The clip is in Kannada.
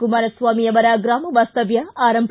ಕುಮಾರಸ್ವಾಮಿ ಅವರ ಗ್ರಾಮ ವಾಸ್ತವ್ಯ ಆರಂಭ